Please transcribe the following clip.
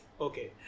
Okay